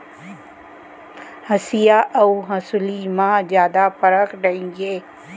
हँसिया अउ हँसुली म जादा फरक नइये